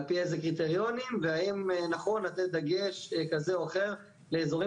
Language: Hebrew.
על פי איזה קריטריונים והאם נכון לתת דגש כזה או אחר לאזורים